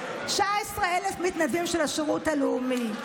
19,000 מתנדבים של השירות הלאומי,